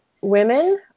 women